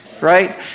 Right